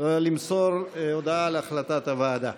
למסור הודעה על החלטת הוועדה.